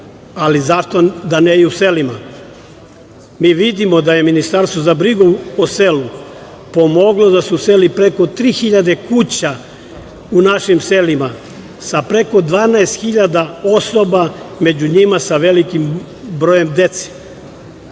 ali zašto da ne i u selima. Mi vidimo da je Ministarstvo za brigu o selu pomoglo da se useli preko 3.000 kuća u našim selima sa preko 12.000 osoba među njima sa velikim brojem